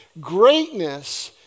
Greatness